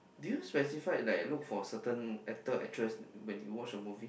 do you specify like look for certain actor actress when you watch a movie